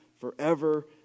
forever